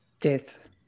death